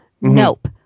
Nope